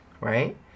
right